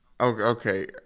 okay